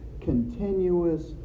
continuous